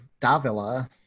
Davila